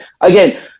again